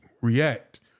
react